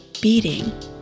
beating